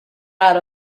out